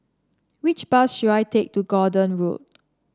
which bus should I take to Gordon Road